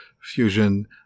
Fusion